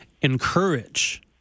encourage